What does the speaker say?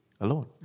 alone